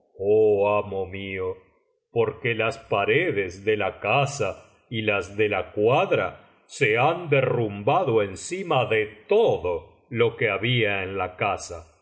amo mío porque las paredes de la casa y las de la cuadra se han derrumbado encima de todo lo que había en la casa